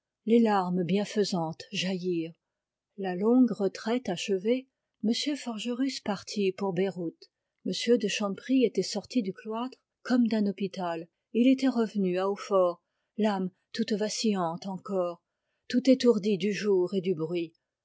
les larmes bienfaisantes jaillirent la longue retraite achevée m forgerus parti pour beyrouth m de chanteprie était sorti du cloître comme d'un hôpital et il était revenu à hautfort l'âme toute vacillante encore tout étourdie du jour et du bruit